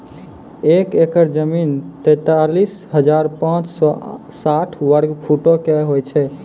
एक एकड़ जमीन, तैंतालीस हजार पांच सौ साठ वर्ग फुटो के होय छै